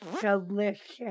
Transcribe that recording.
delicious